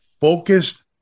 focused